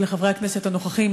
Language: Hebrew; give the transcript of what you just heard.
ולחברי הכנסת הנוכחים,